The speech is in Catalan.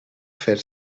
fer